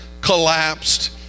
collapsed